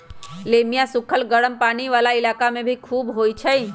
लोबिया सुखल गरम कम पानी वाला इलाका में भी खुबे होई छई